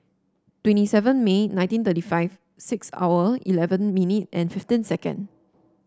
twenty seven May nineteen thirty five six hour eleven minute and fifteen second